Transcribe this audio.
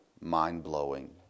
mind-blowing